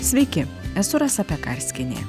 sveiki esu rasa pekarskienė